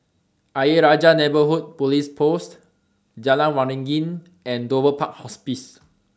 Ayer Rajah Neighbourhood Police Post Jalan Waringin and Dover Park Hospice